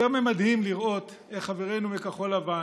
יותר ממדהים לראות איך חברינו בכחול לבן,